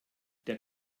der